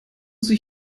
sie